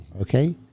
Okay